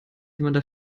jemanden